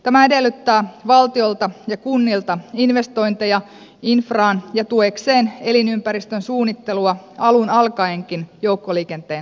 tämä edellyttää valtiolta ja kunnilta investointeja infraan ja tuekseen elinympäristön suunnittelua alun alkaenkin joukkoliikenteen ehdoilla